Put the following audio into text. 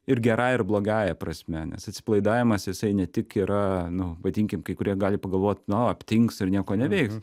ir gerąja ir blogąja prasme nes atsipalaidavimas jisai ne tik yra nu vadinkim kai kurie gali pagalvot na aptings ir nieko neveiks